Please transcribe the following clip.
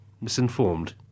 misinformed